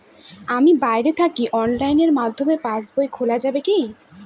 আমি বাইরে থাকি অনলাইনের মাধ্যমে পাস বই খোলা যাবে কি?